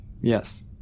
Yes